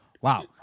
wow